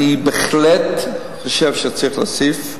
אני בהחלט חושב שצריך להוסיף,